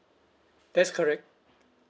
that's correct